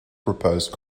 proposed